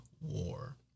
war